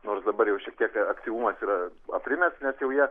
nors dabar jau šitiek aktyvumas yra aprimęs nes jau jie